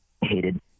hated